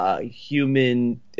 human